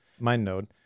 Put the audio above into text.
MindNode